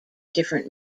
different